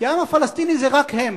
כי העם הפלסטיני זה רק הם,